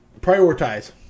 prioritize